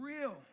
real